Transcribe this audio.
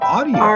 Audio